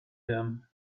him